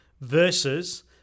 versus